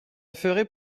ferait